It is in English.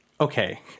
okay